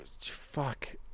fuck